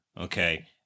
Okay